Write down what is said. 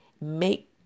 make